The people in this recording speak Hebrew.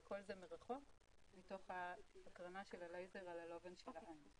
וכל זה מרחוק מתוך ההקרנה של הלייזר על הלובן של העין.